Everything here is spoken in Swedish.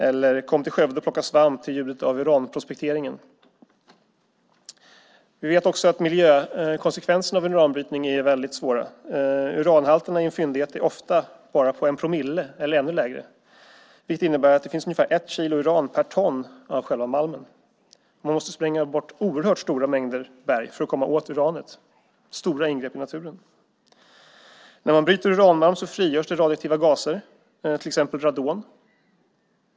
eller "Kom till Skövde och plocka svamp till ljudet av uranprospekteringen!" Vi vet också att miljökonsekvenserna av en uranbrytning är väldigt svåra. Uranhalterna i en fyndighet är ofta bara en promille eller ännu lägre, vilket innebär att det finns ungefär ett kilo uran per ton av själva malmen. Man måste spränga bort oerhört stora mängder berg för att komma åt uranet. Det är stora ingrepp i naturen. När man bryter uranmalm frigörs radioaktiva gaser, till exempel radon.